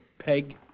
Peg